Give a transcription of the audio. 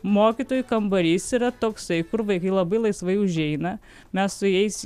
mokytojų kambarys yra toksai kur vaikai labai laisvai užeina mes su jais